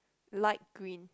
light green